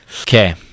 Okay